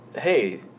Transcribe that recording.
hey